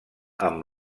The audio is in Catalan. amb